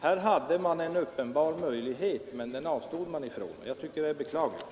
Här hade man en uppenbar möjlighet, men den avstod man ifrån, och jag tycker att det är beklagligt.